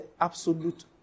absolute